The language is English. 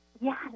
Yes